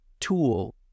tool